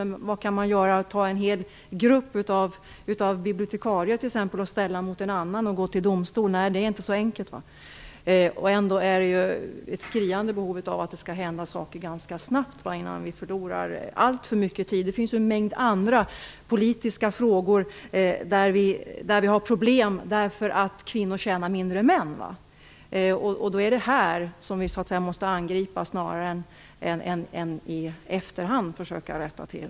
Men vad kan man göra med en hel grupp bibliotekarier? Skall man gå till domstol och ställa dem mot en annan grupp? Nej, det är inte så enkelt. Ändå finns det ett skriande behov av att saker skall hända ganska snabbt innan vi förlorar alltför mycket tid. Det finns en mängd andra politiska frågor där det finns problem därför att kvinnor tjänar mindre än män. Det är nu som vi måste angripa problemet, snarare än att i efterhand försöka rätta till.